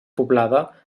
poblada